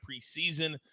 preseason